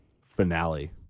finale